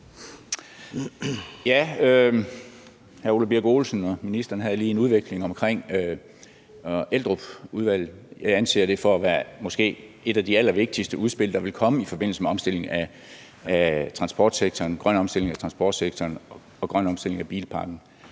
Hr. Ole Birk Olesen og ministeren havde en udveksling om Eldrupkommissionen. Jeg anser det for at være måske et af de allervigtigste udspil, der vil komme i forbindelse med den grønne omstilling af transportsektoren og den grønne omstilling af bilparken.